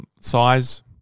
size